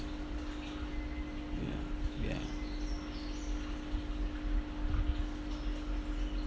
ya ya